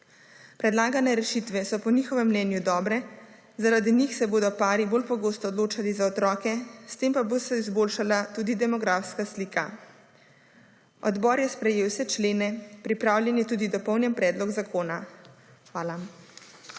Predlagane rešitve so po njihovem mnenju dobre, zardi njih se bodo pari bolj pogosto odločali za otroke, s tem pa se bo izboljšala tudi demografska slika. Odbor je sprejel vse člene, pripravljen je tudi dopolnjen predlog zakona. Hvala.